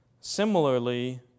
similarly